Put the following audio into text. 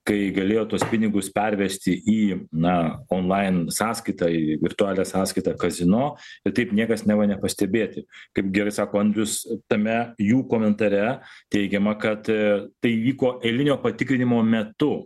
kai galėjo tuos pinigus pervesti į na onlaine sąskaitą į virtualią sąskaitą kazino ir taip niekas neva nepastebėti kaip gerai sako andrius tame jų komentare teigiama kad tai įvyko eilinio patikrinimo metu